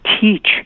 teach